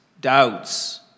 doubts